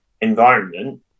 environment